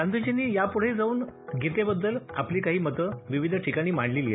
गांधीजींनी याप्रढेही जाऊन गीतेबद्दल आपली काही मतं विविध ठिकाणी मांडलेली आहेत